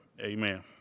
amen